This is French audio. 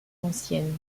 anciennes